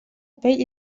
pell